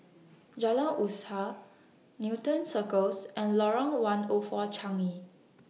Jalan Usaha Newton Circus and Lorong one O four Changi